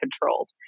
controlled